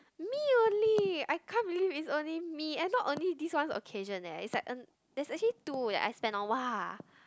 me only I can't really is only me I'm not only this one occasion leh it's like ah it's actually two ah I spend on !wah!